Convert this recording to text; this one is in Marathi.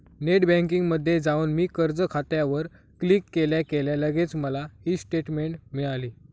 नेट बँकिंगमध्ये जाऊन मी कर्ज खात्यावर क्लिक केल्या केल्या लगेच मला ई स्टेटमेंट मिळाली